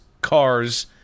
cars